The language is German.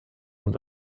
und